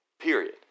period